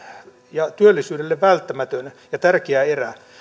ja työllisyydelle välttämätön ja tärkeä erä